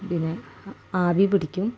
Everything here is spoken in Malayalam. ഇതിന് ആവിപിടിക്കും